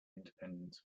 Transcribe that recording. independence